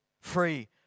free